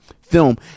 film